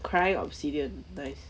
cry obsidian nice